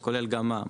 וכולל גם מע"מ.